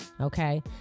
Okay